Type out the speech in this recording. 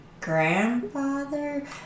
grandfather